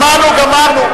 שמענו, גמרנו.